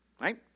Right